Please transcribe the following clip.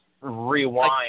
rewind